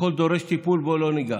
הכול דורש טיפול, בואו לא ניגע.